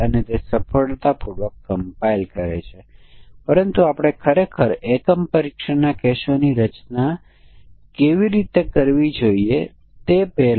અથવા abc શબ્દમાળાઓ તરીકે આપવામાં આવે છે તેથી આપણે તે અમાન્ય સમકક્ષ વર્ગોના પ્રતિનિધિને પણ જોવા પડશે